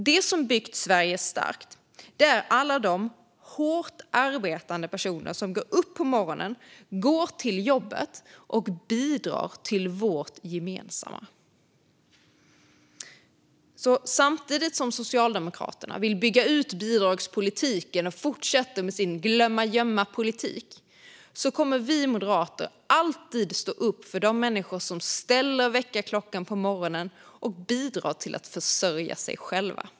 Det som byggt Sverige starkt är ju alla de hårt arbetande personer som går upp på morgonen, går till jobbet och bidrar till vårt gemensamma. Samtidigt som Socialdemokraterna vill bygga ut bidragspolitiken och fortsätter med sin gömma-glömma-politik kommer vi moderater alltid att stå upp för de människor som ställer väckarklockan, går upp och bidrar till att försörja sig själva.